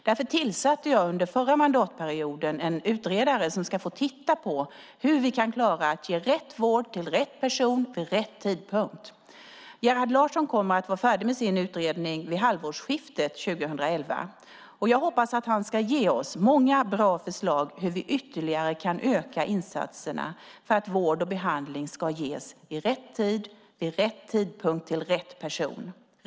Därför tillsatte jag under förra mandatperioden en utredare som ska titta på hur vi kan klara att ge rätt vård till rätt person vid rätt tidpunkt. Gerhard Larsson ska vara färdig med sin utredning vid halvårsskiftet 2011. Jag hoppas att han ska ge oss många bra förslag på hur vi ytterligare kan öka insatserna för att rätt vård och behandling ska ges vid rätt tidpunkt till rätt person.